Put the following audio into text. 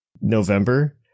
November